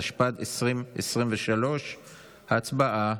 התשפ"ד 2023. הצבעה.